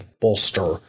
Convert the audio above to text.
bolster